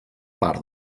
part